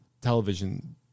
television